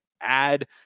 add